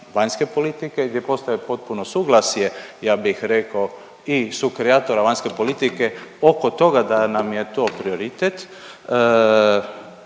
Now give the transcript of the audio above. vanjske politike gdje postoji potpuno suglasje ja bih rekao i sukreatora vanjske politike oko toga da nam je to prioritet